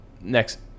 next